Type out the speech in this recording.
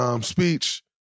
speech